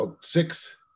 six